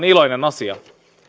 iloinen asia